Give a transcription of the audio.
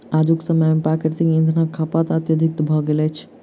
आजुक समय मे प्राकृतिक इंधनक खपत अत्यधिक भ गेल अछि